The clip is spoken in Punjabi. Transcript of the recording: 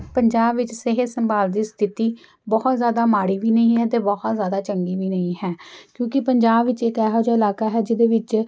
ਪੰਜਾਬ ਵਿੱਚ ਸਿਹਤ ਸੰਭਾਲ ਦੀ ਸਥਿਤੀ ਬਹੁਤ ਜ਼ਿਆਦਾ ਮਾੜੀ ਵੀ ਨਹੀਂ ਹੈ ਅਤੇ ਬਹੁਤ ਜ਼ਿਆਦਾ ਚੰਗੀ ਵੀ ਨਹੀਂ ਹੈ ਕਿਉਂਕਿ ਪੰਜਾਬ ਵਿੱਚ ਇੱਕ ਇਹੋ ਜਿਹਾ ਇਲਾਕਾ ਹੈ ਜਿਹਦੇ ਵਿੱਚ